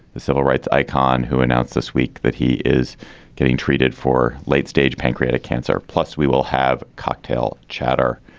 the civil rights icon who announced this week that he is getting treated for late stage pancreatic cancer. plus, we will have cocktail chatter.